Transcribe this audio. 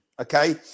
okay